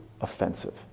offensive